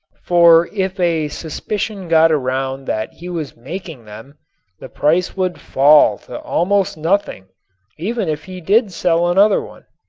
for if a suspicion got around that he was making them the price would fall to almost nothing even if he did sell another one.